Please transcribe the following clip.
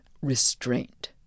restraint